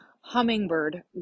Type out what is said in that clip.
hummingbird